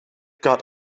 got